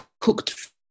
cooked